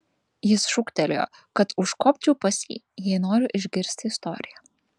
jis šūktelėjo kad užkopčiau pas jį jei noriu išgirsti istoriją